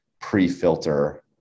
pre-filter